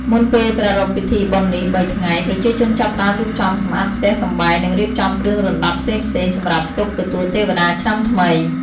មុនពេលប្រារព្ធពិធីបុណ្យនេះ៣ថ្ងៃ ប្រជាជនចាប់ផ្ដើមរៀបចំសម្អាតផ្ទះសំបែងនិងរៀបចំគ្រឿងរណ្ដាប់ផ្សេងៗសម្រាបទុកទទួលទេវតាឆ្នាំថ្មី ។